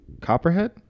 Copperhead